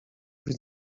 być